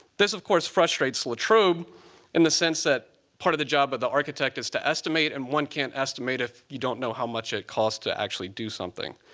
this, of course, frustrates latrobe in the sense that part of the job of the architect is to estimate. and one can't estimate if you don't know how much it costs to actually do something.